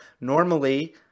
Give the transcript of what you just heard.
Normally